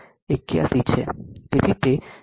તેથી તે 0